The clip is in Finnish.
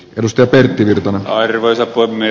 risto pertti virta aivoissa kuin ne